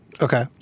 Okay